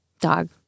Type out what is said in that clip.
dog